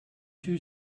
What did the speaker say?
two